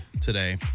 today